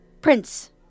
Prince